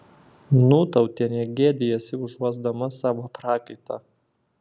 nūtautienė gėdijasi užuosdama savo prakaitą